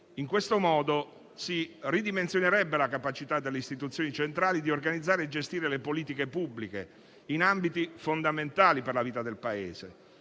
In questo modo si ridimensionerebbe la capacità delle istituzioni centrali di organizzare e gestire le politiche pubbliche in ambiti fondamentali per la vita del Paese.